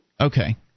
Okay